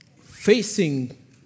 facing